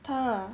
他 ah